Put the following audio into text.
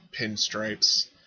pinstripes